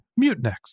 Mutinex